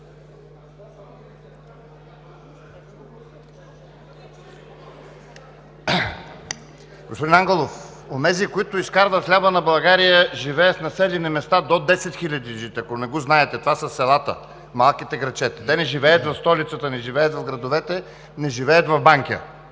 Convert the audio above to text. Господин Ангелов, онези, които изкарват хляба на България, живеят в населени места до 10 хиляди жители, ако не го знаете. Това са селата, малките градчета. Те не живеят в столицата, не живеят в градовете, не живеят в Банкя.